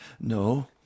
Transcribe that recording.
No